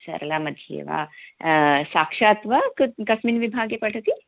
सरलामध्ये वा साक्षात् वा कस्मिन् विभागे पठति